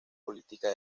política